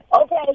Okay